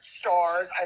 stars